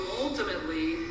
ultimately